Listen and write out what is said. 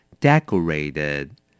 decorated